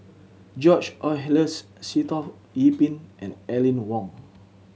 George Oehlers Sitoh Yih Pin and Aline Wong